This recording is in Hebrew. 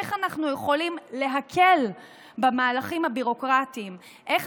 איך אנחנו יכולים להקל במהלכים הביורוקרטיים ואיך